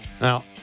now